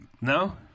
no